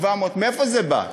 700. מאיפה זה בא?